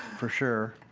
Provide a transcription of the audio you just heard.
for sure,